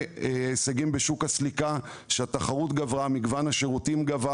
והגדלת התחרות ומגוון השירותים בשוק הסליקה